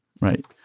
right